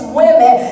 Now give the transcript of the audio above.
women